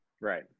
right